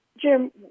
Jim